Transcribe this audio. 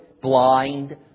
blind